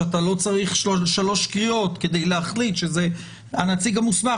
שאתה לא צריך שלוש קריאות כדי להחליט שהנציג המוסמך